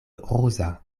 ruza